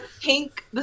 pink